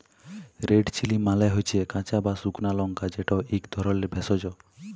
red chilli মালে হচ্যে কাঁচা বা সুকনা লংকা যেট ইক ধরলের ভেষজ